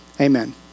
amen